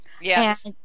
Yes